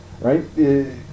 right